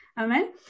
Amen